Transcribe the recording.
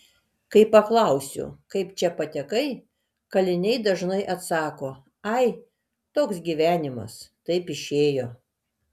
kai paklausiu kaip čia patekai kaliniai dažnai atsako ai toks gyvenimas taip išėjo